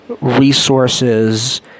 resources